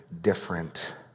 different